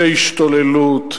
זו השתוללות.